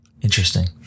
Interesting